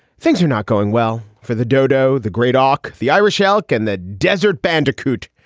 things are not going well for the dodo, the great auk, the irish elk and the desert bandicoot.